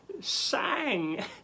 sang